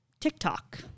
TikTok